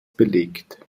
belegt